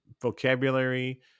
vocabulary